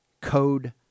code